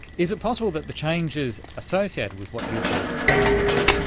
is it possible that the changes associated with what you call presentism,